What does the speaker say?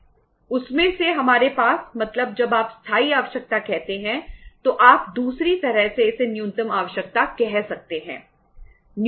उसमें से हमारे पास मतलब जब आप स्थायी आवश्यकता कहते हैं तो आप दूसरी तरह से इसे न्यूनतम आवश्यकता कह सकते हैं